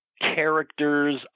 characters